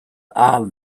are